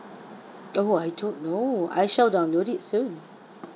oh I don't know I shall download it soon